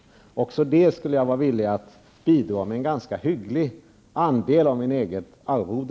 Också till en sådan social inrättning skulle jag vara villig att bidra med en ganska hygglig andel av mitt eget arvode.